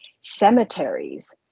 cemeteries